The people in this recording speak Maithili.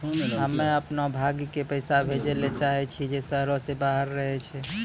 हम्मे अपनो भाय के पैसा भेजै ले चाहै छियै जे शहरो से बाहर रहै छै